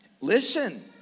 listen